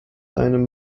einem